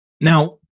Now